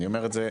אני אומר את זה,